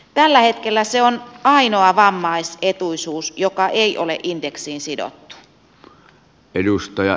tällä hetkellä se on ainoa vammaisetuisuus joka ei ole indeksiin sidottu